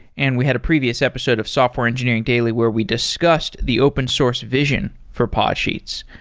and we had a previous episode of software engineering daily where we discussed the open source vision for podsheets.